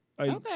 Okay